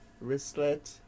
wristlet